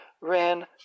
ran